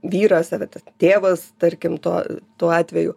vyras ar tėvas tarkim to tuo atveju